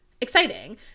exciting